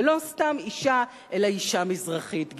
ולא סתם אשה אלא אשה מזרחית,